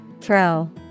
Throw